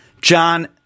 John